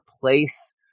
place